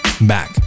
back